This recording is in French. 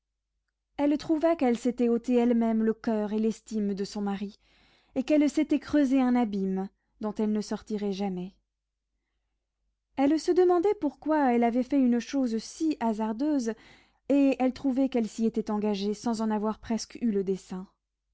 elle trouva qu'elle s'était ôté elle-même le coeur et l'estime de son mari et qu'elle s'était creusé un abîme dont elle ne sortirait jamais elle se demandait pourquoi elle avait fait une chose si hasardeuse et elle trouvait qu'elle s'y était engagée sans en avoir presque eu le dessein